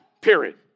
period